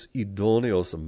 idoneos